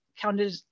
counted